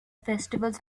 festivals